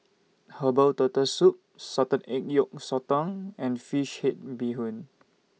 Herbal Turtle Soup Salted Egg Yolk Sotong and Fish Head Bee Hoon